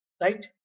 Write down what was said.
right